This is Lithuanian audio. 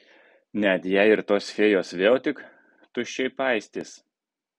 net jei ir tos fėjos vėl tik tuščiai paistys